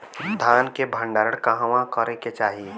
धान के भण्डारण कहवा करे के चाही?